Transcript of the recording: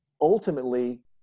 ultimately